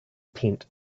tent